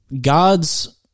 god's